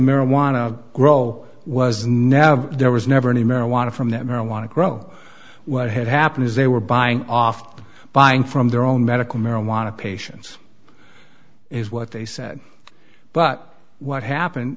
marijuana grow was never there was never any marijuana from that marijuana grow what had happened is they were buying off buying from their own medical marijuana patients is what they said but what happened